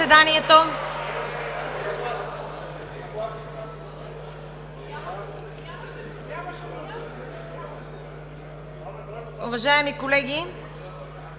Уважаеми колеги,